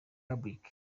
public